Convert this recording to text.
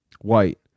white